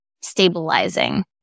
stabilizing